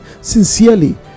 sincerely